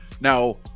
Now